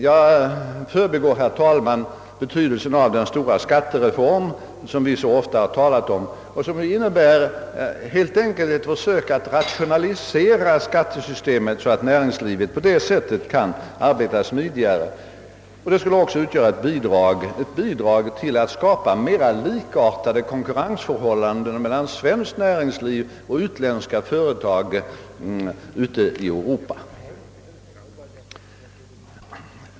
Jag förbigår, herr talman, betydelsen av den stora skattereform som vi så ofta har talat om och som bl.a. helt enkelt innebär ett försök att rationalisera skattesystemet så att näringslivet på det sättet kan arbeta smidigare. Detta skulle också utgöra ett bidrag till att skapa me ra likartade konkurrensförhållanden mellan svenskt näringsliv och utländska företag ute i Europa.